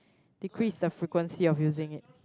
decrease the frequency of using it